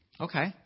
okay